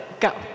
Go